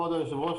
כבוד היושב-ראש,